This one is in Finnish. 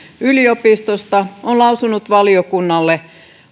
yliopistossa on lausunut valiokunnalle